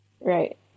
Right